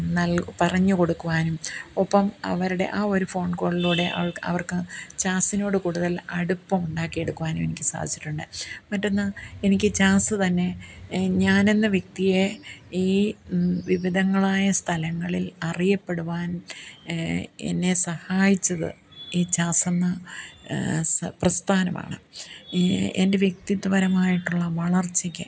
നൽകി പറഞ്ഞു കൊടുക്കുവാനും ഒപ്പം അവരുടെ ആ ഒരു ഫോൺ കോളിലൂടെ അവൾക്ക് അവർക്ക് ജാസിനോട് കൂടുതൽ അടുപ്പമുണ്ടാക്കിയെടുക്കുവാനും എനിക്ക് സാധിച്ചിട്ടുണ്ട് മറ്റൊന്ന് എനിക്ക് ജാസ്സ് തന്നെ ഞാനെന്ന വ്യക്തിയേ ഈ വിവിധങ്ങളായ സ്ഥലങ്ങളിൽ അറിയപ്പെടുവാൻ എന്നെ സഹായിച്ചത് ഈ ജാസെന്ന പ്രസ്ഥാനമാണ് എൻ്റെ വ്യക്തിത്വപരമായിട്ടുള്ള വളർച്ചയ്ക്ക്